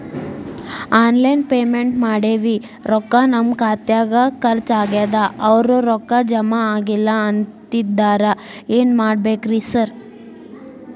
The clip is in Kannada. ಆನ್ಲೈನ್ ಪೇಮೆಂಟ್ ಮಾಡೇವಿ ರೊಕ್ಕಾ ನಮ್ ಖಾತ್ಯಾಗ ಖರ್ಚ್ ಆಗ್ಯಾದ ಅವ್ರ್ ರೊಕ್ಕ ಜಮಾ ಆಗಿಲ್ಲ ಅಂತಿದ್ದಾರ ಏನ್ ಮಾಡ್ಬೇಕ್ರಿ ಸರ್?